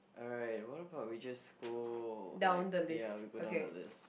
alright what about we just go like ya we go down the list